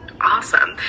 awesome